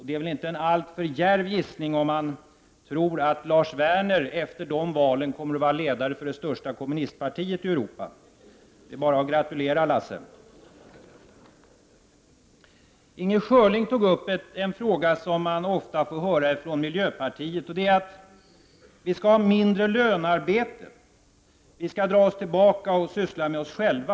Det är väl inte en alltför djärv gissning om man tror att Lars Werner efter de valen kommer att vara ledare för det största kommunistpartiet i Europa. Det är bara att gratulera Lasse. Inger Schörling tog upp en fråga som man ofta får höra ifrån miljöpartiet, nämligen att vi skall ha mindre lönearbete och vi skall dra oss tillbaka och syssla med oss själva.